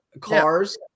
cars